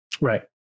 Right